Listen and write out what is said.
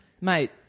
mate